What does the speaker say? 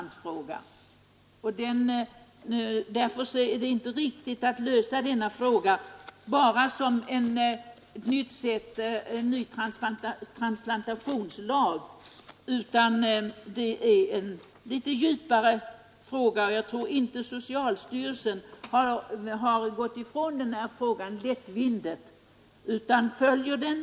Det måste vara en andrahandsfråga. Problemet löses inte genom en ny transplantationslag. Frågan ligger djupare än så. Socialstyrelsen har icke gått förbi frågan på ett lättvindigt sätt utan följer den.